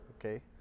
Okay